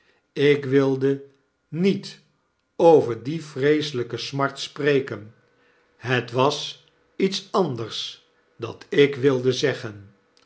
ik wilde niet over die vreeselijke smart spreken het was iet anders dat ik wilde zeggen